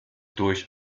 durch